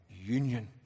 union